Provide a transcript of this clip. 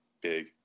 big